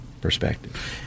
perspective